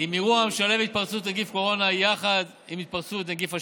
"עם אירוע המשלב התפרצות נגיף הקורונה יחד עם התפרצות נגיף השפעת".